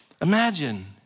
Imagine